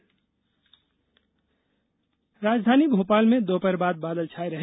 मौसम राजधनी भोपाल में दोपहर बाद बादल छाये रहे